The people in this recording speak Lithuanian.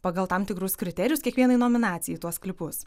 pagal tam tikrus kriterijus kiekvienai nominacijai tuos klipus